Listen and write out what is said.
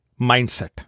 mindset